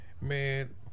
man